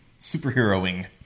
superheroing